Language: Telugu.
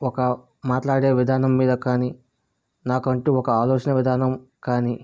ఒక మాట్లాడే విధానం మీద కానీ నాకంటూ ఒక ఆలోచన విధానం కానీ